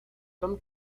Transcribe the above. tom